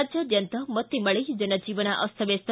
ರಾಜ್ಯಾದ್ಯಂತ ಮತ್ತೆ ಮಳೆ ಜನಜೀವನ ಅಸ್ತವ್ಯಸ್ಥ